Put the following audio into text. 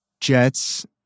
Jets